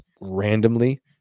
randomly